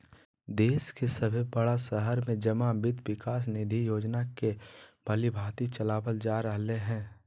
देश के सभे बड़ा शहर में जमा वित्त विकास निधि योजना के भलीभांति चलाबल जा रहले हें